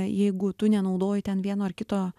jeigu tu nenaudoji ten vieno ar kito